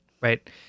Right